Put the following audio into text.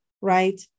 right